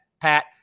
Pat